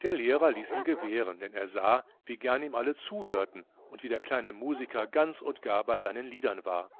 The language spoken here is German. der lehrer ließ ihn gewähren denn er sah wie gern ihm alle zuhörten und wie der kleine musiker ganz und gar bei seinen liedern war